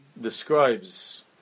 describes